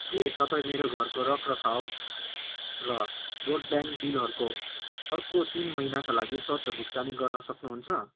के तपाईँ मेरो घरको रखरखाउ र ब्रडब्यान्ड बिलहरूको अर्को तिन महिनाका लागि स्वतः भुक्तानी गर्न सक्नुहुन्छ